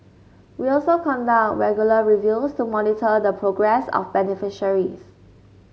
we also conduct regular reviews to monitor the progress of beneficiaries